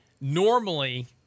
Normally